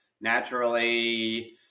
naturally